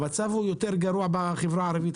המצב הוא יותר גרוע בחברה הערבית,